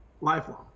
lifelong